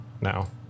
now